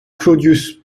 claudius